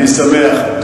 אני שמח.